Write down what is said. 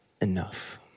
enough